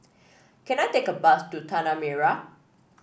can I take a bus to Tanah Merah